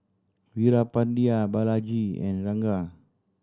Veerapandiya Balaji and Ranga